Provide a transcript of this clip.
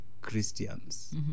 Christians